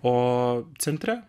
o centre